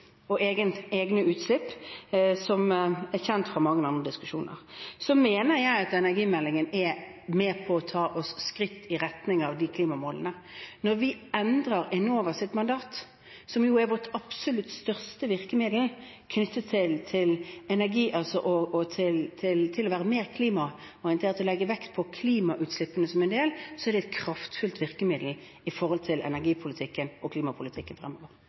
egne utslipp, noe som er kjent fra mange andre diskusjoner. Jeg mener energimeldingen er med på å ta oss et skritt i retning av de klimamålene. Når vi endrer Enovas mandat – som jo er vårt absolutt største virkemiddel knyttet til energi og til å være mer klimaorientert og legge vekt på klimautslippene som en del – er det et kraftfullt virkemiddel med hensyn til energipolitikken og klimapolitikken fremover.